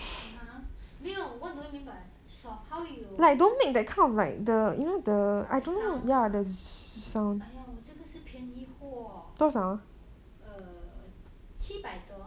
(uh huh) 没有 what do you mean by soft how you the sound ah !aiya! 我这个是便宜货 err 七百多